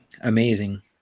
amazing